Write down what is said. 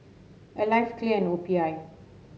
Alive Clear and O P I